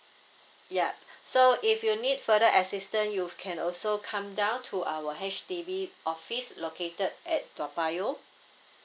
yup so if you need further assistance you can also come down to our H_D_B office located at toa payoh